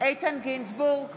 איתן גינזבורג,